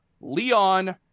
leon